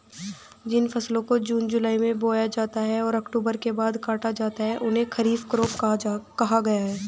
जिन फसलों को जून जुलाई में बोया जाता है और अक्टूबर के बाद काटा जाता है उन्हें खरीफ कहा गया है